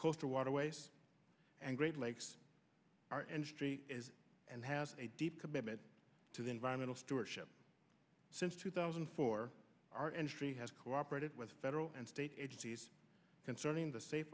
coastal waterways and great lakes are and st is and has a deep commitment to the environmental stewardship since two thousand and four our industry has cooperated with federal and state agencies concerning the safe